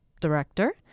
Director